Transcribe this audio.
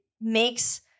makes